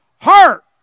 heart